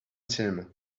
cinema